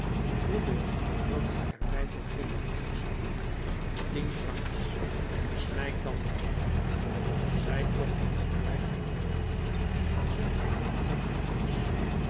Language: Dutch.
hoeveel wilt ge er mij voor geven vroeg zij tien francs snijd dan maar af zij kocht een gebreid onderrokje en zond het aan de